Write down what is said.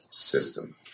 system